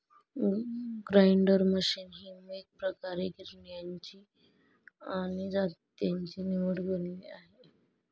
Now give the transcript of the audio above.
grinder machine ही एकप्रकारे गिरण्यांची आणि जात्याची निवड बनली आहे